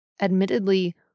Admittedly